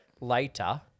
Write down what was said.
later